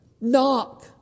knock